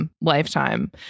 lifetime